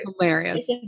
hilarious